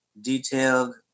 detailed